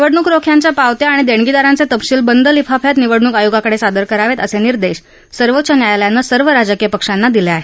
निवडणूक रोख्यांच्या पावत्या आणि देणगीदारांचे तपशील बंद लिफाफ्यात निवडणुक आयोगाकडे सादर करावेत असे निर्देश सर्वोच्च न्यायालयाने सर्व राजकीय पक्षांना दिले आहेत